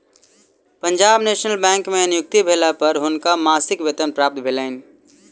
Punjab National Bank में नियुक्ति भेला पर हुनका मासिक वेतन प्राप्त भेलैन